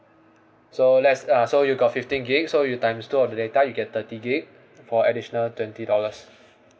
so less uh so you got fifteen gigabytes so you times two of the data you get thirty gigabytes for additional twenty dollars